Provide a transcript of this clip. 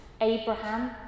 Abraham